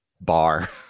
bar